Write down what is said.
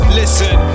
listen